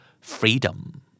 freedom